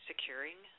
securing